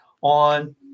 on